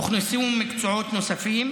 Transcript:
הוכנסו מקצועות נוספים,